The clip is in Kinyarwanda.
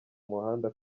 muhanda